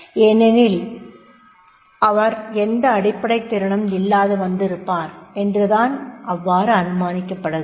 ஏனெனில் அவர் எந்த அடிப்படைத் திறனும் இல்லாது வந்திருப்பார் என்றுதான் அவ்வாறு அனுமானிக்கபடுகிறது